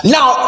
Now